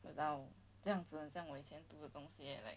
!walao! 这样子很像我以前读的东西 leh like